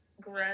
Grow